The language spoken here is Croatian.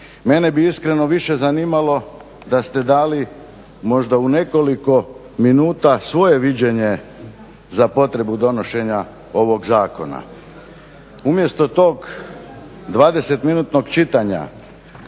Mene bi iskreno više zanimalo da ste dali možda u nekoliko minuta svoje viđenje za potrebu donošenja ovog zakona. umjesto tog dvadeset minutnog čitanja